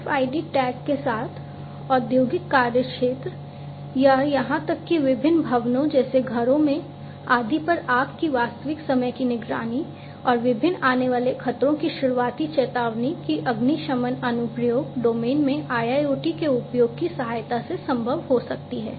RFID tag के साथ औद्योगिक कार्यक्षेत्र या यहां तक कि विभिन्न भवनों जैसे घरों में आदि पर आग की वास्तविक समय की निगरानी और विभिन्न आने वाले खतरों की शुरुआती चेतावनी भी अग्निशमन अनुप्रयोग डोमेन में IIoT के उपयोग की सहायता से संभव हो सकती है